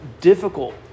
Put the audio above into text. difficult